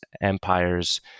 empires